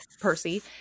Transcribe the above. Percy